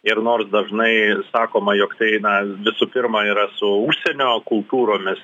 ir nors dažnai sakoma jog tai na visų pirma yra su užsienio kultūromis